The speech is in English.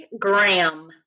Graham